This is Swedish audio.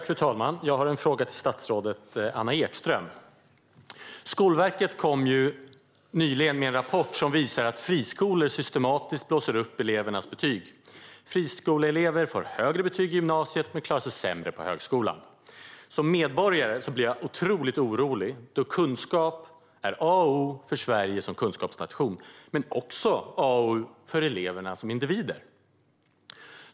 Fru talman! Jag har en fråga till statsrådet Anna Ekström. Skolverket kom nyligen med en rapport som visar att friskolor systematiskt blåser upp elevernas betyg. Friskoleelever får högre betyg i gymnasiet men klarar sig sämre på högskolan. Som medborgare blir jag otroligt orolig, då kunskap är A och O för Sverige som kunskapsnation men också för eleverna som individer.